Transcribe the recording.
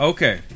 Okay